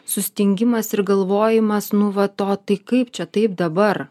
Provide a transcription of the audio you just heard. sustingimas ir galvojimas nu va to tai kaip čia taip dabar